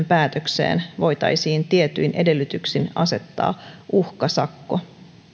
päätökseen voitaisiin tietyin edellytyksin asettaa uhkasakko